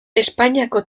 espainiako